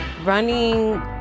Running